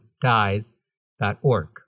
dies.org